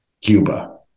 Cuba